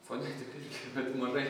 fonetika bet mažai